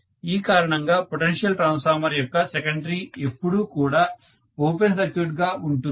ఈ కారణంగా potential transformer యొక్క సెకండరీ ఎప్పుడూ కూడా ఓపెన్ సర్క్యూట్ గా ఉంటుంది